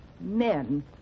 Men